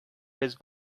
his